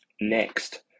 Next